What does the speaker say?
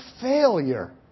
failure